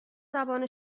زبان